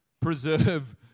preserve